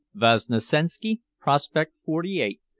vosnesenski prospect forty eight,